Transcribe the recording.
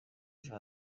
ejo